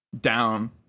Down